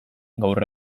gaur